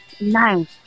Nice